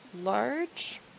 large